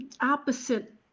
opposite